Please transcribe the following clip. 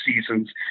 seasons